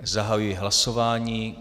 Zahajuji hlasování.